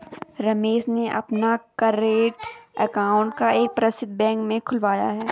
रमेश ने अपना current account एक प्रसिद्ध बैंक में खुलवाया है